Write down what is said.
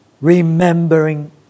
remembering